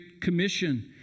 Commission